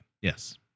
Yes